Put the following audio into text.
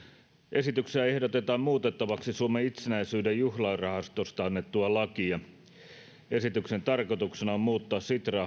esityksessä ehdotetaan muutettavaksi suomen itsenäisyyden juhlarahastosta annettua lakia esityksen tarkoituksena on muuttaa sitran